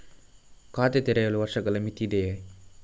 ಖಾತೆ ತೆರೆಯಲು ವರ್ಷಗಳ ಮಿತಿ ಇದೆಯೇ?